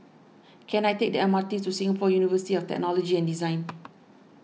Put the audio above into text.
can I take the M R T to Singapore University of Technology and Design